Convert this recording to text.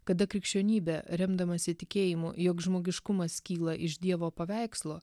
kada krikščionybė remdamasi tikėjimu jog žmogiškumas kyla iš dievo paveikslo